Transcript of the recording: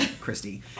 Christy